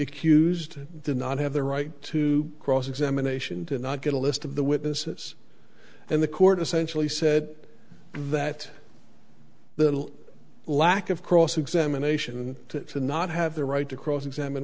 accused did not have the right to cross examination to not get a list of the witnesses and the court essentially said that the lack of cross examination to not have the right to cross examine